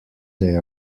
they